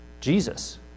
Jesus